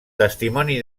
testimoni